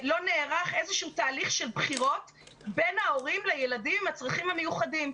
איזשהו תהליך של בחירות בין ההורים לילדים עם הצרכים המיוחדים.